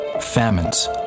Famines